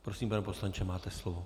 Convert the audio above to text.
Prosím, pane poslanče, máte slovo.